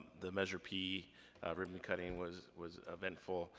the measure p ribbon-cutting was was eventful.